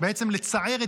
לצער,